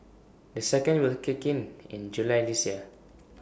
the second will kick in in July this year